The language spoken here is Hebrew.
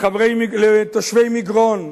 לתושבי מגרון?